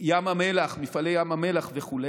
ים המלח, מפעלי ים המלח וכו'